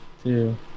two